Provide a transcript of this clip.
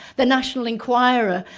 the national enquirer,